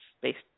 based